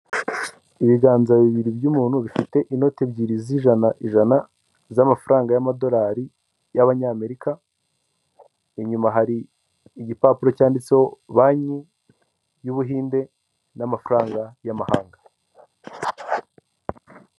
Ibiganza bibiri by'umuntu bifite inoti ebyiri z'ijana ijana z'amafaranga y'amadolari y'abanyamerika, inyuma hari igipapuro cyanditseho banki y'ubuhinde n'amafaranga y'amahanga.